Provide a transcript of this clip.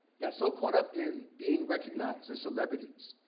got so caught up in being recognized as celebrities,